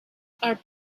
are